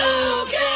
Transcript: Okay